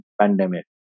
pandemic